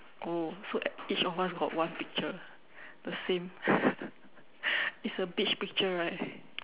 oh so each of us got one picture the same it's a beach picture right